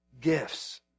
gifts